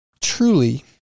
truly